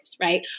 right